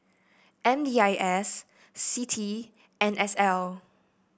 M D I S CITI N S L